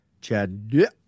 Chad